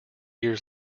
years